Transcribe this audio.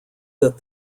that